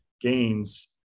gains